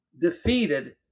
defeated